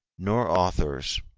nor authors,